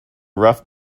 rough